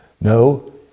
No